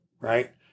Right